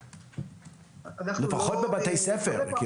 --- לפחות בבתי ספר.